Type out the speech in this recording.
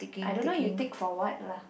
I don't know you take for what lah